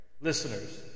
listeners